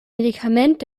medikament